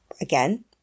again